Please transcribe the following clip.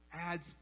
adds